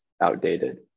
outdated